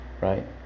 right